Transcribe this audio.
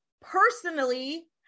personally